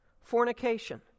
Fornication